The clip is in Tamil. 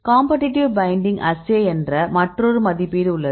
காம்பெட்டிட்டிவ் ஃபைண்டிங் அஸ்சே என்ற மற்றொரு மதிப்பீடு உள்ளது